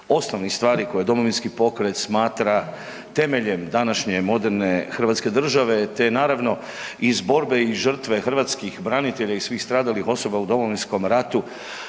osnovnih stvari koje Domovinski pokret smatra temeljem današnje moderne hrvatske države, te naravno iz borbe i žrtve hrvatskih branitelja i svih stradalih osoba u Domovinskom ratu,